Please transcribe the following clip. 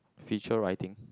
feature writing